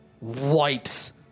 wipes